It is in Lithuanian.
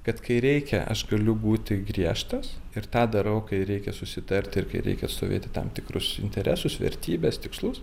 kad kai reikia aš galiu būti griežtas ir tą darau kai reikia susitarti ir kai reikia atstovėti tam tikrus interesus vertybes tikslus